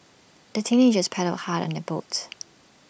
the teenagers paddled hard on their boat